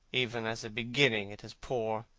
even as a beginning, it is poor.